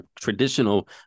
traditional